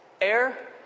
air